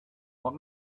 what